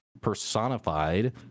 personified